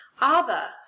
Abba